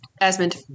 Asmund